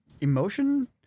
emotion